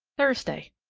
thursday.